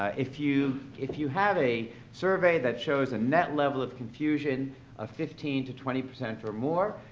ah if you if you have a survey that shows a net level of confusion of fifteen to twenty percent or more,